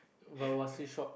but must he shop